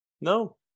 no